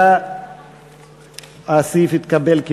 סעיף 37, משרד התיירות, לשנת הכספים 2013, נתקבל.